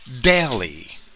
daily